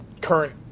current